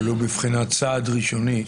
אבל הוא בבחינת סעד ראשוני.